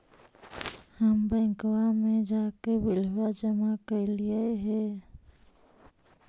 हम बैंकवा मे जाके बिलवा जमा कैलिऐ हे?